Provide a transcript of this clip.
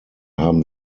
haben